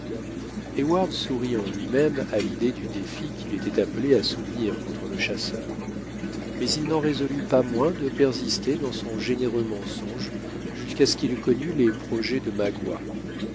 sourit en lui-même à l'idée du défi qu'il était appelé à soutenir contre le chasseur mais il n'en résolut pas moins de persister dans son généreux mensonge jusqu'à ce qu'il connût les projets de magua